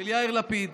של יאיר לפיד.